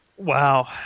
Wow